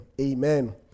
Amen